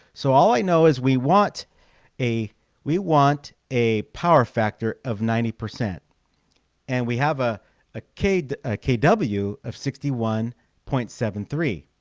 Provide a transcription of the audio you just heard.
so all i know is we want a we want a power factor of ninety percent and we have ah ah a kw of sixty one point seven three